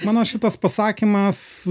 mano šitas pasakymas